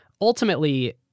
Ultimately